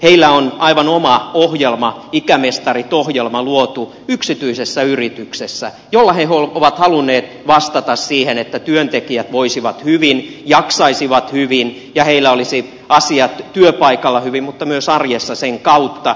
heillä on aivan oma ohjelma ikämestari ohjelma luotu yksityisessä yrityksessä jolla he ovat halunneet vastata siihen että työntekijät voisivat hyvin jaksaisivat hyvin ja heillä olisivat asiat työpaikalla hyvin mutta myös arjessa sen kautta